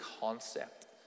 concept